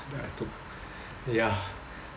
that I took ya